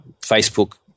Facebook